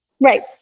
Right